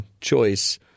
choice